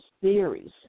theories